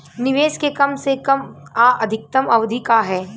निवेश के कम से कम आ अधिकतम अवधि का है?